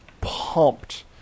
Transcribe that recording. pumped